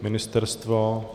Ministerstvo?